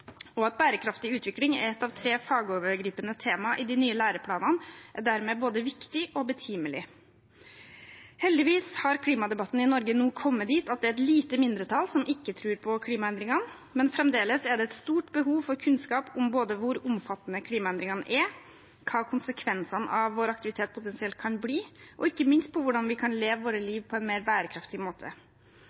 enkeltemner. At bærekraftig utvikling er ett av tre fagovergripende tema i de nye læreplanene, er dermed både viktig og betimelig. Heldigvis har klimadebatten i Norge nå kommet dit at det er et lite mindretall som ikke tror på klimaendringene, men fremdeles er det et stort behov for kunnskap både om hvor omfattende klimaendringene er, hva konsekvensene av vår aktivitet potensielt kan bli, og ikke minst om hvordan vi kan leve vårt liv på en mer bærekraftig måte.